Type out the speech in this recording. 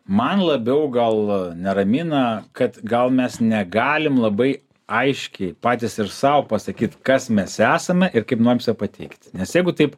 man labiau gal neramina kad gal mes negalim labai aiškiai patys ir sau pasakyt kas mes esame ir kaip norim save pateikt nes jeigu taip